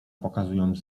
pokazując